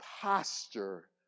posture